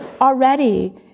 already